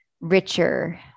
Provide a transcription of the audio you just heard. richer